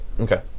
Okay